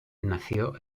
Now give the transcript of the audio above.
nació